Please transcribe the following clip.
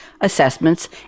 assessments